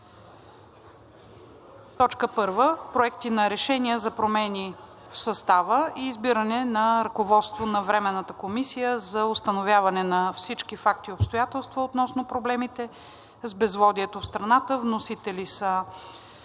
2025 г.: 1. Проекти на решения за промени в състава и избиране на ръководство на Временната комисия за установяване на всички факти и обстоятелства относно проблемите с безводието в страната. Вносители на